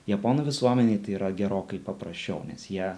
japonų visuomenėj tai yra gerokai paprasčiau nes jie